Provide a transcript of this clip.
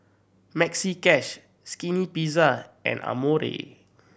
Maxi Cash Skinny Pizza and Amore